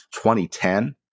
2010